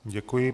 Děkuji.